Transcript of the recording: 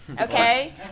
Okay